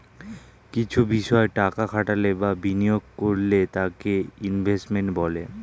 কিছু বিষয় টাকা খাটালে বা বিনিয়োগ করলে তাকে ইনভেস্টমেন্ট বলে